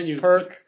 Perk